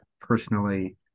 personally